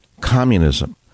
communism